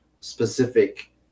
specific